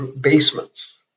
basements